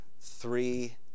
three